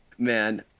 man